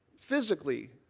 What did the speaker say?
physically